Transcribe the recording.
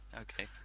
Okay